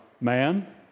man